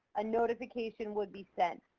a notification would be sent.